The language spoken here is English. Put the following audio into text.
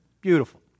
Beautiful